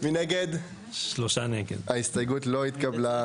1 נגד, 3 נמנעים, 0 ההסתייגות לא התקבלה.